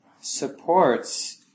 supports